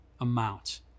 amount